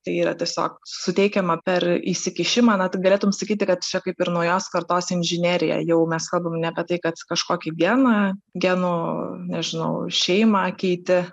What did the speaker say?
tai yra tiesiog suteikiama per įsikišimą na tai galėtum sakyti kad čia kaip ir naujos kartos inžinerija jau mes kalbame apie tai kad kažkokį geną genų nežinau šeimą keiti